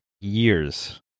years